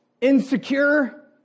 insecure